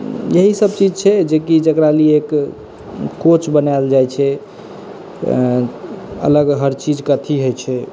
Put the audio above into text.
इएहसब चीज छै जेकि जकरालए एक कोच बनाएल जाइ छै अलग हर चीजके अथी होइ छै